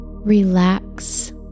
Relax